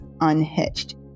Unhitched